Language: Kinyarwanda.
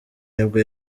nibwo